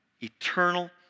Eternal